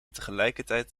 tegelijkertijd